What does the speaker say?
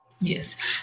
yes